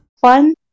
fun